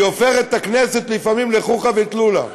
היא הופכת את הכנסת לפעמים לחוכא ואטלולא.